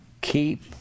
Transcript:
keep